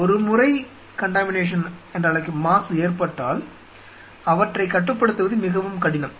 ஒருமுறை மாசு ஏற்பட்டால் அவற்றைக் கட்டுப்படுத்துவது மிகவும் கடினம்